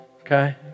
Okay